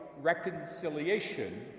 reconciliation